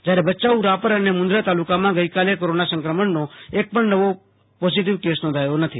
જયારે ભયાઉ રાપર અને મન્દ્રા તાલુકામાં ગઈકાલે કોરોના સં શ્રણનો એકપણ નવો પોઝિટિવ કેસ નોંધાયો નથી